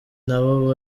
nabo